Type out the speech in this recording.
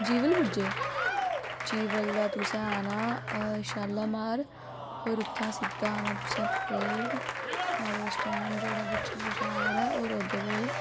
जिवल पुज्जे जिवल दा तुसें आना शालामार होर उत्थुआं दा सिद्धा आना तुसें परेड आटो स्टैंड ऐ जेह्ड़ा परेड